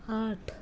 आठ